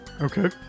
Okay